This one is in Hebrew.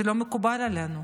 זה לא מקובל עלינו,